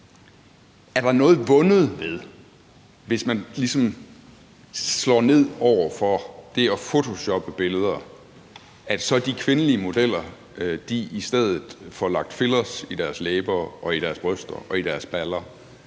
om der er noget vundet ved, at man ligesom slår ned over for det at photoshoppe billeder, hvis de kvindelige modeller i stedet får lagt fillers i deres læber og i deres